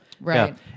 Right